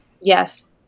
Yes